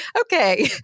Okay